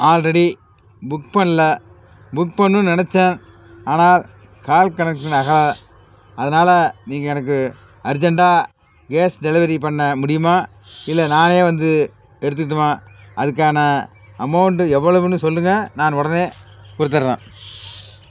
already book பண்ணல book பண்ணணும்னு நினச்சேன் ஆனால் கால் கனெக்ஷன் ஆக அதனால் நீங்கள் எனக்கு அர்ஜெண்ட்டாக கேஸ் டெலிவரி பண்ண முடியிமா இல்லை நானே வந்து எடுத்துக்கிட்டுமா அதுக்கான அமௌண்ட்டு எவ்வளவுன்னு சொல்லுங்கள் நான் உடனே கொடுத்துட்றேன்